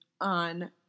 on